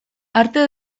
arte